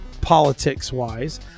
politics-wise